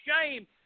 shame